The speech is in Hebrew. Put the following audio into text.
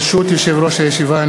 ברשות יושב-ראש הישיבה,